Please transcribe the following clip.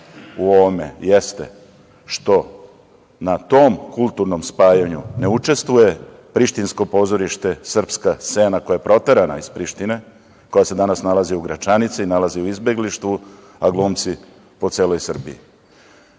u ovome jeste što na tom kulturnom spajanju ne učestvuje prištinsko pozorište, srpska scena koja je proterana iz Prištine, koja se danas nalazi u Gračanici, nalazi u izbeglištvu, a glumci po celoj Srbiji.